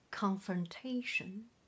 Confrontation